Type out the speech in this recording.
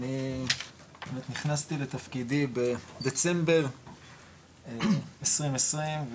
האמת נכנסתי לתפקידי בדצמבר 2020,